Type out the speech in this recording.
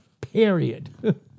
period